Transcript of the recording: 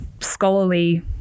scholarly